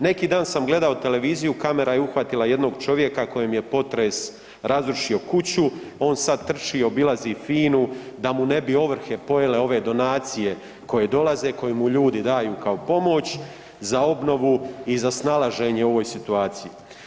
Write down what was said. Neki dan sam gledao televiziju, kamera je uhvatila jednog čovjeka kojem je potres razrušio kuću, on sad trči i obilazi FINA-u da mu ne bi ovrhe pojele ove donacije koje dolaze, koje mu ljudi daju kao pomoć za obnovu i za snalaženje u ovoj situaciji.